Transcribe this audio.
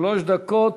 שלוש דקות,